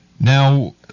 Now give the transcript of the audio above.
Now